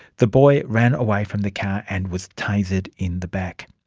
the boy ran away from the car and was tasered in the back.